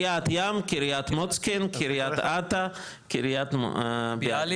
קריית ים, קריית מוצקין, קריית אתא, קריית ביאליק.